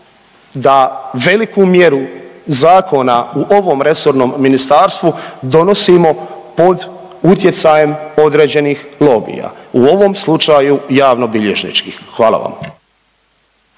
da veliku mjeru zakona u ovom resornom ministarstvu donosimo pod utjecajem određenih lobija, u ovom slučaju javnobilježničkih. Hvala vam.